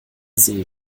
segen